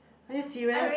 are you serious